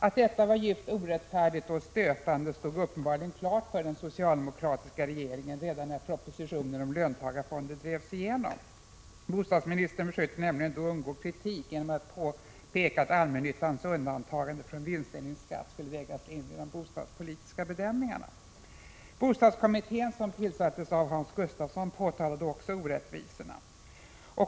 Att detta var djupt orättfärdigt och stötande stod uppenbarligen klart för den socialdemokratiska regeringen redan när propositionen om löntagarfonder drevs igenom. Bostadsministern försökte nämligen då undgå kritik genom att påpeka att allmännyttans undantagande från vinstdelningsskatt skulle vägas in vid de bostadspolitiska bedömningarna. Bostadskommittén, som tillsattes av Hans Gustafsson, påtalade också orättvisorna.